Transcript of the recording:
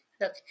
Look